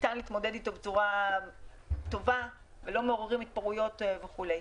ניתן להתמודד אתו בצורה טובה ולא לעורר התפרעויות וכו'.